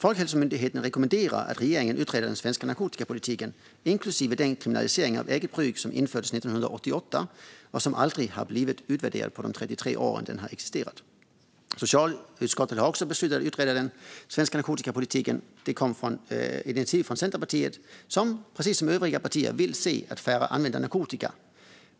Folkhälsomyndigheten rekommenderar att regeringen utreder den svenska narkotikapolitiken, inklusive den kriminalisering av eget bruk som infördes 1988 och som aldrig blivit utvärderad under de 33 år som den har existerat. Socialutskottet har också beslutat att utreda den svenska narkotikapolitiken. Initiativet kom från Centerpartiet, som precis som övriga partier vill se att färre använder narkotika.